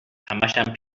همشم